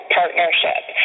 partnership